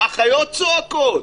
החיות צועקות.